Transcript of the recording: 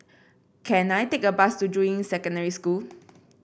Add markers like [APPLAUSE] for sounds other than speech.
can I take a bus to Juying Secondary School [NOISE]